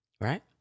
right